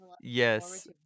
Yes